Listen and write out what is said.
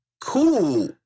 Cool